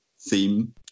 theme